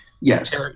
Yes